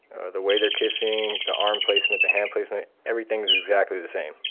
the way they're kissing, the arm placement, the hand placement, everything's exactly the same.